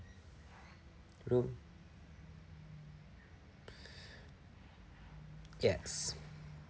road yes